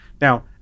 now